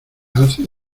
hace